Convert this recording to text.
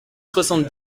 soixante